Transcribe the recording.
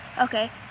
Okay